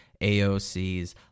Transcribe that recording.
AOCs